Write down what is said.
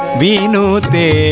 vinute